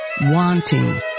wanting